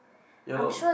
ya loh